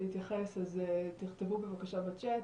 להתייחס אז תכתבו בבקשה בצ'ט,